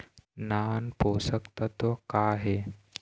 नान पोषकतत्व का हे?